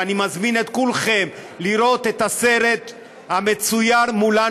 ואני מזמין את כולכם לראות את הסרט המצויר "מולאן